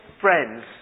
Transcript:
friends